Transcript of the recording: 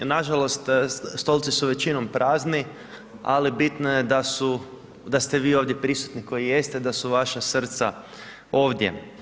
Nažalost, stolci su većinom prazni, ali bitno je da ste vi ovdje prisutni koji jeste, da su vaša srca ovdje.